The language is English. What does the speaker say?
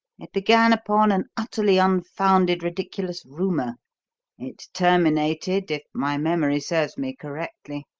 it began upon an utterly unfounded, ridiculous rumour it terminated, if my memory serves me correctly,